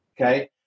okay